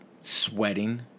sweating